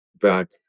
back